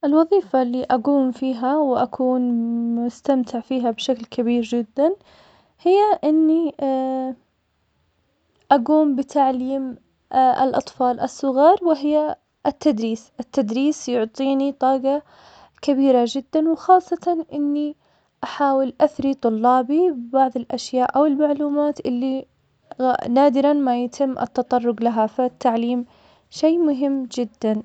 الوظيفة اللي أقوم فيها, وأكون مستمتع فيها بشكل كبير جداً, هي إني أقوم بتعليم الأطفال الصغار, وهي التدريس, التدريس يعطيني طاقة كبيرة جداً, وخاصة إني أحاول أثري طلابي ببعض الأشياء أو المعلومات اللي غ- نادراً ما يتم التطرق لها, فالتعليم شي مهم جداً.